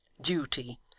duty